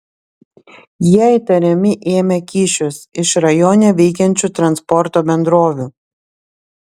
jie įtariami ėmę kyšius iš rajone veikiančių transporto bendrovių